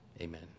Amen